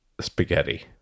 Spaghetti